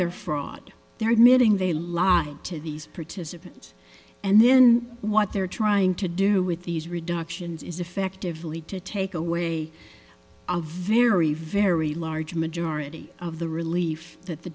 they're fraud they're admitting they lie to these participants and then what they're trying to do with these reductions is effectively to take away a very very large majority of the relief that the